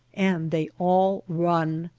and they all run.